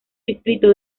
distrito